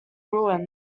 ruins